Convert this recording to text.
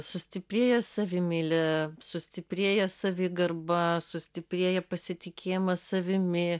sustiprėja savimeilė sustiprėja savigarba sustiprėja pasitikėjimas savimi